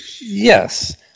Yes